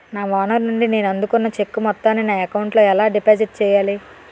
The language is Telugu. నా ఓనర్ నుండి నేను అందుకున్న చెక్కు మొత్తాన్ని నా అకౌంట్ లోఎలా డిపాజిట్ చేయాలి?